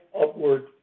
upward